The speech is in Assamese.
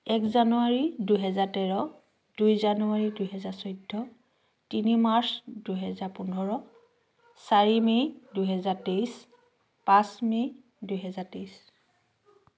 এক জানুৱাৰী দুহেজাৰ তেৰ দুই জানুৱাৰী দুহেজাৰ চৈধ্য তিনি মাৰ্চ দুহেজাৰ পোন্ধৰ চাৰি মে' দুহেজাৰ তেইছ পাঁচ মে' দুহেজাৰ তেইছ